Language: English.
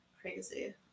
Crazy